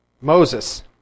Moses